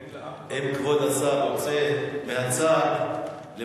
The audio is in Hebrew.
שאין לה אח ורע, אם כבוד השר רוצה מהצד למיקרופון,